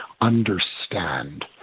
understand